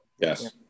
yes